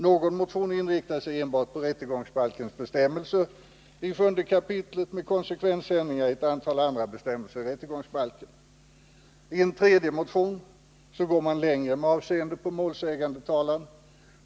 Någon motion inriktar sig enbart på rättegångsbalkens bestämmelser i 7 kap. med konsekvensändringar i ett antal andra bestämmelser i rättegångsbalken. Ien tredje motion går man längre med avseende på målsägandetalan.